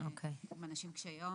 עם אנשים קשי יום,